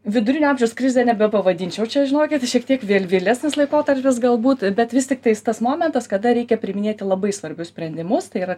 vidurinio amžiaus krize nebepavadinčiau čia žinokit šiek tiek vėl vėlesnis laikotarpis galbūt bet vis tiktais tas momentas kada reikia priiminėti labai svarbius sprendimus tai yra